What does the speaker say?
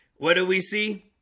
what do we see